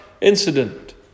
incident